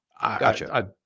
Gotcha